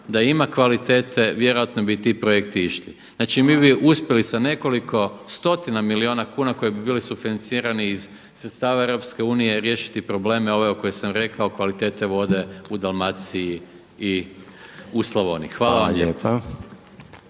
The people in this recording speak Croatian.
da ima kvalitete vjerojatno bi i ti projekti išli. Znači, mi bi uspjeli sa nekoliko stotina milijuna kuna koji bi bili sufinancirani iz sredstava EU riješiti probleme ove koje sam rekao kvalitete vode u Dalmaciji i u Slavoniji. Hvala vam